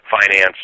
finance